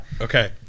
Okay